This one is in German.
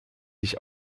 sich